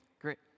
great